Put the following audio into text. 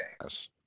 yes